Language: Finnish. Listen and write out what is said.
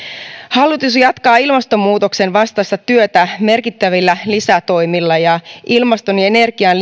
hallitus jatkaa ilmastonmuutoksen vastaista työtä merkittävillä lisätoimilla ja ilmastoon ja energiaan